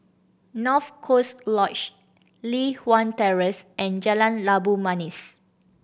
North Coast Lodge Li Hwan Terrace and Jalan Labu Manis